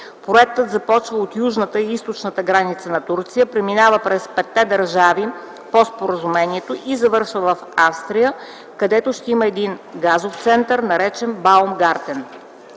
Проектът започва от южната и източната граница на Турция, преминава през петте държави по споразумението и завършва в Австрия, където ще има един газов център, наречен Баумгартен.